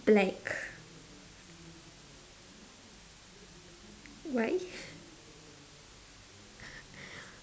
black why